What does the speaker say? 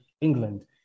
England